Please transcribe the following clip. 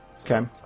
Okay